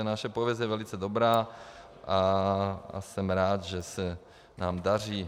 Naše pověst je velice dobrá a jsem rád, že se nám daří.